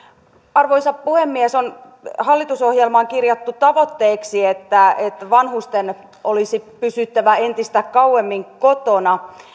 arvoisa puhemies on hallitusohjelmaan kirjattu tavoitteeksi että että vanhusten olisi pysyttävä entistä kauemmin kotona